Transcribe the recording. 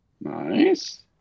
nice